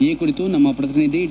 ಈ ಕುರಿತು ನಮ್ಮ ಪ್ರತಿನಿಧಿ ಡಿ